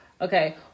Okay